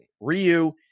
Ryu